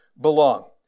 belong